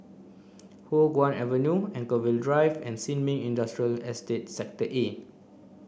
Hua Guan Avenue Anchorvale Drive and Sin Ming Industrial Estate Sector A